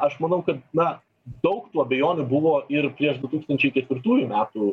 aš manau kad na daug tų abejonių buvo ir prieš du tūkstančiai ketvirtųjų metų